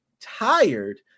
tired